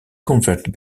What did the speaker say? convert